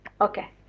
Okay